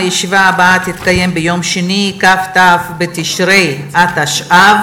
הישיבה הבאה תתקיים ביום שני, כ"ט בתשרי התשע"ו,